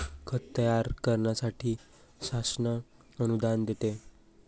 खत तयार करण्यासाठी शासन अनुदान देते